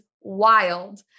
wild